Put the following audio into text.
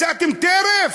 מצאתם טרף?